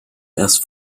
erst